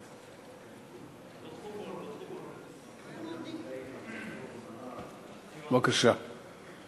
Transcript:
בבקשה.